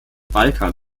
balkan